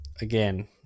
Again